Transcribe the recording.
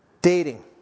Dating